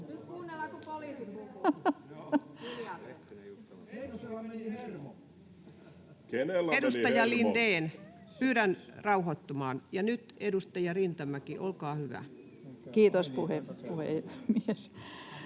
Kuunnellaan, kun poliisi puhuu!] Edustaja Lindén, pyydän rauhoittumaan. — Ja nyt, edustaja Rintamäki, olkaa hyvä. [Speech